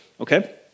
Okay